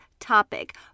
topic